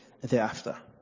Thereafter